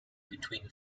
between